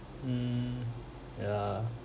mm ya